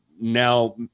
now